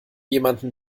jemanden